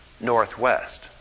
Northwest